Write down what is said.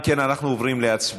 אם כן, אנחנו עוברים להצבעה.